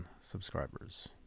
subscribers